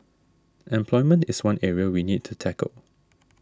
employment is one area we need to tackle